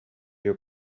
your